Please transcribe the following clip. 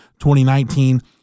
2019